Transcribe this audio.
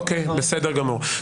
אוקי בסדר גמור.